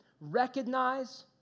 recognize